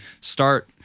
start